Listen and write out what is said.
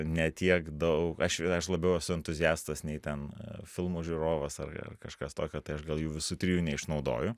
ne tiek daug aš aš labiau esu entuziastas nei ten filmų žiūrovas ar kažkas tokio tai aš gal jų visų trijų neišnaudoju